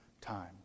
time